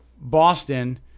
Boston